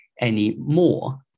anymore